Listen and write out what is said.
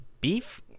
beef